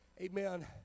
amen